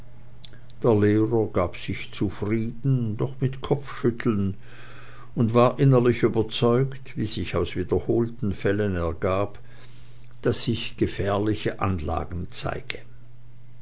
der lehrer gab sich zufrieden doch mit kopfschütteln und war innerlich überzeugt wie sich aus wiederholten fällen ergab daß ich gefährliche anlagen zeige